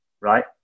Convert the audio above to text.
right